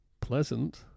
pleasant